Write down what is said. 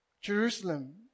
Jerusalem